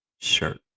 shirt